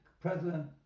President